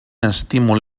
estímul